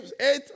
eight